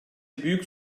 büyük